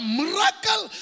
miracle